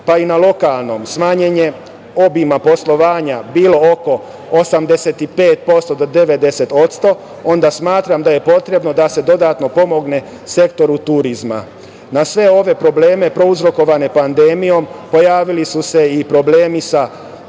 pa i na lokalnom, smanjenje obima poslovanja bilo oko 85% do 90%, onda smatram da je potrebno da se dodatno pomogne sektoru turizma. Na sve ove probleme, prouzrokovane pandemijom, pojavili su se i problemi sa